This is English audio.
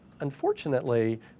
unfortunately